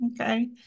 Okay